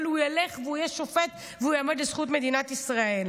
אבל הוא ילך והוא יהיה שופט והוא יעמוד לזכות מדינת ישראל.